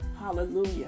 Hallelujah